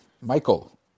Michael